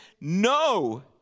no